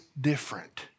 different